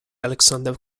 alexander